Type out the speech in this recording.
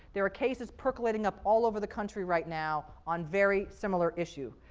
there are cases percolating up all over the country right now on very similar issues.